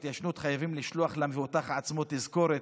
ההתיישנות חייבים לשלוח למבוטח עצמו תזכורת: